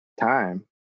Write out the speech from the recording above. time